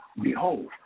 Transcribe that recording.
Behold